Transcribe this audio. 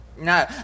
No